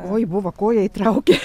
oj buvo koją įtraukė